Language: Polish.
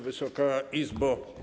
Wysoka Izbo!